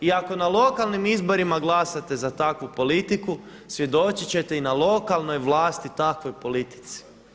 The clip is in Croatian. I ako na lokalnim izborima glasate za takvu politiku svjedočit ćete i na lokalnoj vlasti takvoj politici.